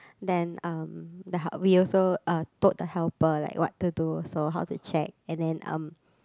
then um the help~ we also uh told the helper like what to do also how to check and then um